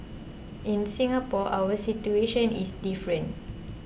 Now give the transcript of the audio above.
in Singapore our situation is different